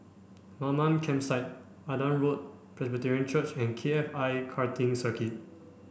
Mamam Campsite Adam Road Presbyterian Church and K F I Karting Circuit